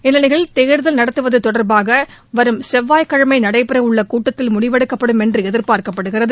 இந்நிலையில் தேர்தல் நடத்துவது தொடர்பாக வரும் செவ்வாய்கிழமை நடைபெறவுள்ள கூட்டத்தில் முடிவெடுக்கப்படும் என்று எதிர்பார்க்கப்படுகிறது